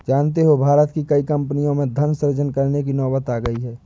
जानते हो भारत की कई कम्पनियों में धन सृजन करने की नौबत आ गई है